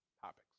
topics